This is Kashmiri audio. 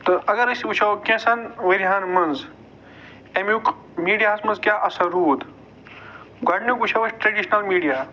تہٕ اَگر أسۍ وُچھو کیٚنٛژھن ؤرۍیَن منٛز اَمیُک میٖڈیاہَس منٛز کیٛاہ اَثر روٗد گۄڈٕنیُک وُچھو أسۍ ٹرٛیڈیشنَل میٖڈیا